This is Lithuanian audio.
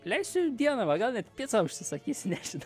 leisiu dieną va gal net picą užsisakysiu nežinau